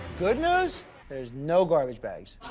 good news there's no garbage bags.